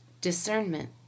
discernment